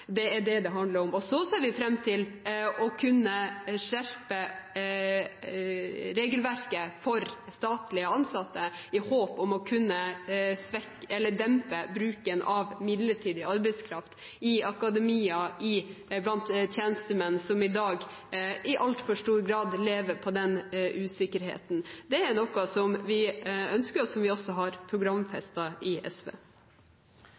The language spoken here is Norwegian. Det er det det handler om. Så ser vi fram til å kunne skjerpe regelverket for statlig ansatte, i håp om å kunne dempe bruken av midlertidig arbeidskraft i akademia og blant tjenestemenn som i dag i altfor stor grad lever med den usikkerheten. Det er noe som vi ønsker, og som vi også har programfestet i SV.